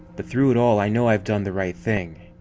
but through it all, i know i've done the right thing.